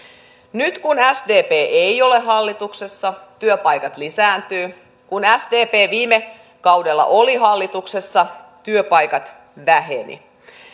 nyt kun sdp ei ole hallituksessa työpaikat lisääntyvät kun sdp viime kaudella oli hallituksessa työpaikat vähenivät